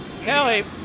Kelly